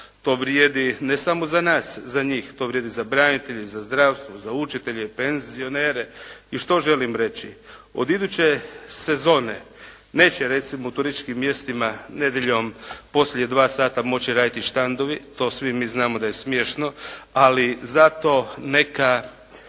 To vrijedi ne samo za nas, za njih. To vrijedi za branitelje, za zdravstvo, za učitelje, penzionere. I što želim reći? Od iduće sezone neće recimo u turističkim mjestima nedjeljom poslije dva sata moći raditi štandovi. To svi mi znamo da je smiješno, ali zato neka